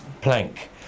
plank